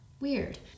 weird